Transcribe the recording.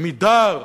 "עמידר",